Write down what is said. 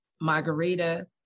margarita